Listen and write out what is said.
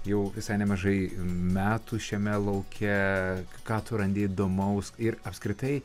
jau visai nemažai metų šiame lauke ką tu randi įdomaus ir apskritai